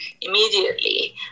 immediately